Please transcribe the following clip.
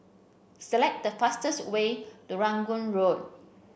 select the fastest way to Rangoon Road